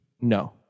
No